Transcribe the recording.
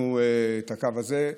אנחנו את הקו הזה,